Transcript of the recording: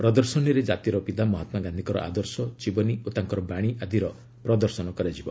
ପ୍ରଦର୍ଶନୀରେ ଜାତିର ପିତା ମହାତ୍ମାଗାନ୍ଧିଙ୍କର ଆଦର୍ଶ ଜୀବନୀ ଓ ତାଙ୍କର ବାଣୀ ଆଦିର ପ୍ରଦର୍ଶନ କରାଯିବ